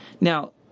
Now